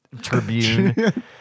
Tribune